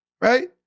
Right